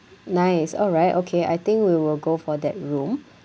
nice alright okay I think we will go for that room